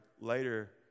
later